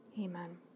Amen